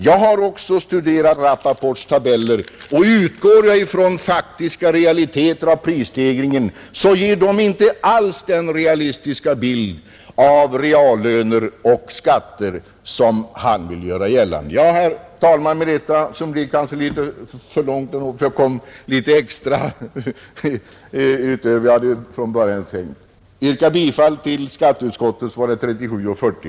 Jag har också studerat Rappaports tabeller, och utgår jag från faktiska realiteter i fråga om prisstegringen, så ger de inte alls den realistiska bild av reallöner och skatter som han vill göra gällande att de ger. Herr talman! Med detta anförande — som kanske blev litet för långt eftersom det kom in en del utöver vad jag från början tänkt säga — yrkar jag bifall till skatteutskottets hemställan i betänkandena nr 37 och 40.